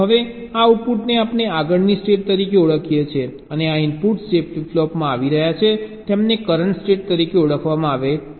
હવે આ આઉટપુટને આપણે આગળની સ્ટેટ તરીકે ઓળખીએ છીએ અને આ ઇનપુટ્સ જે ફ્લિપ ફ્લોપમાંથી આવી રહ્યા છે તેમને કરંટ સ્ટેટ તરીકે ઓળખવામાં આવે છે